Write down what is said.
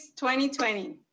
2020